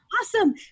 awesome